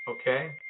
okay